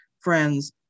friends